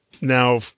now